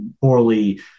poorly